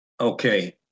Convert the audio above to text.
Okay